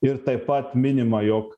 ir taip pat minima jog